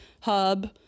hub